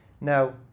Now